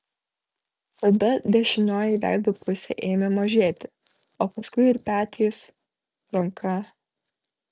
tada dešinioji veido pusė ėmė mažėti o paskui ir petys ranka